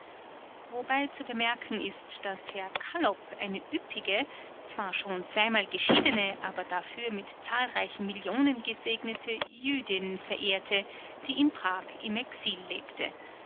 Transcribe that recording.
wobei zu bemerken ist daß herr kallop eine üppige zwar schon zweimal geschiedene aber dafür mit zahlreichen millionen gesegnete jüdin verehrte die in prag im exil lebte